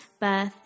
birth